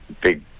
big